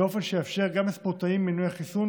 באופן שיאפשר גם לספורטאים מנועי חיסון